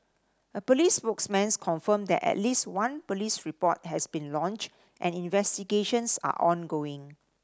a police spokesman confirmed that at least one police report has been lodged and investigations are ongoing